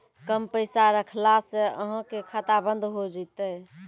कम पैसा रखला से अहाँ के खाता बंद हो जैतै?